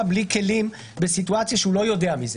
בלי כלים בסיטואציה שהוא לא יודע מזה.